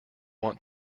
want